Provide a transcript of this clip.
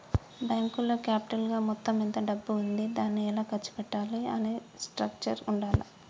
బ్యేంకులో క్యాపిటల్ గా మొత్తం ఎంత డబ్బు ఉంది దాన్ని ఎలా ఖర్చు పెట్టాలి అనే స్ట్రక్చర్ ఉండాల్ల